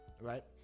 right